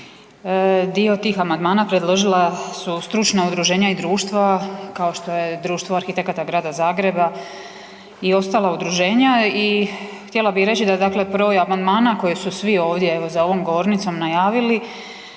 dio tih amandmana predložila su stručna udruženja i društva, kao što je Društvo arhitekata grada Zagreba i ostala udruženja, i htjela bi reći da dakle broj amandmana koji su svi ovdje evo za ovom govornicom najavili,